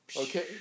Okay